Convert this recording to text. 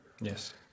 yes